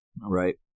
Right